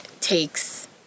takes